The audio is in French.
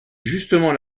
justement